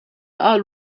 qal